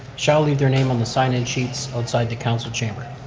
shall leave their name on the sign-in sheets outside the council chamber.